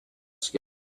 skill